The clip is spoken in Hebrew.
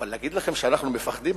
אבל להגיד לכם שאנחנו מפחדים?